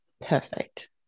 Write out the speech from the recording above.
perfect